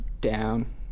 down